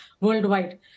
worldwide